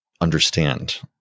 understand